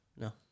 no